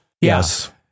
Yes